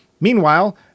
Meanwhile